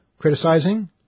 criticizing